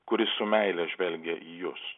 kuris su meile žvelgia į jus